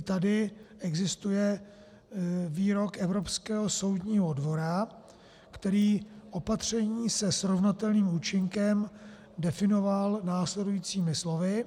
I tady existuje výrok Evropského soudního dvora, který opatření se stejným účinkem definoval následujícími slovy.